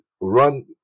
run